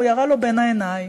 הוא ירה לו בין העיניים.